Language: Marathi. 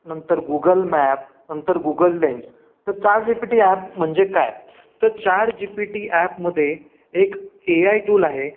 नंतर गुगल मॅप नंतर गुगल लेन्स तर chat G P T app म्हणजे काय तर चार जी पी टी ॲपमध्ये एक ए आय टूल आहे